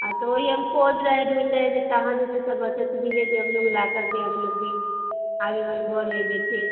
हाँ तो वही हम सोच रहें ढूँढ रहें जे कहाँ से कैसा बचत मिले जे हम लोग लाकर के हम लोग भी आगे बढ़े बेचें